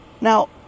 Now